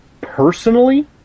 Personally